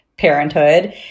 parenthood